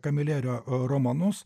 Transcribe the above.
kamilerio romanus